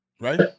Right